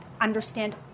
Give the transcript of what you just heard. understand